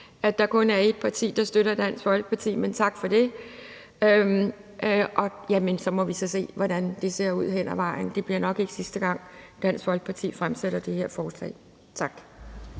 at der kun er et parti, der støtter Dansk Folkepartis forslag, men tak for det. Så må vi så se, hvordan det ser ud hen ad vejen. Det bliver nok ikke sidste gang, Dansk Folkeparti fremsætter det her forslag. Tak.